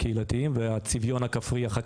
את החוק הזה העברנו בקריאה טרומית ואחר כך בקריאה ראשונה.